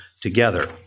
together